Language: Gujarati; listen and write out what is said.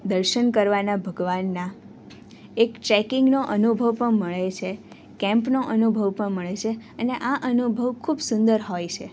દર્શન કરવાના ભગવાનના એક ચેકિંગનો અનુભવ પણ મળે છે કેમ્પનો અનુભવ પણ મળે છે અને આ અનુભવ ખૂબ સુંદર હોય છે